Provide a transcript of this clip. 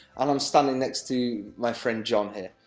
and i'm standing next to my friend john, here.